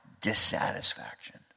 dissatisfaction